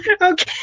Okay